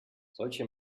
solche